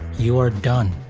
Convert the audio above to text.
you're done.